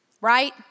right